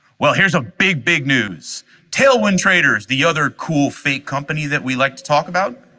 well here's a big big news tailwind traders, the other cool fake company that we like to talk about.